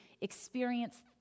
experience